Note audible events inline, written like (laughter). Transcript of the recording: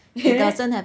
(laughs)